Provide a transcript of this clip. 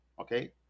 okay